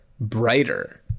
brighter